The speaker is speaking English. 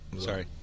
Sorry